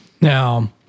Now